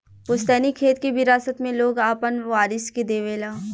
पुस्तैनी खेत के विरासत मे लोग आपन वारिस के देवे ला